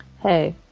Hey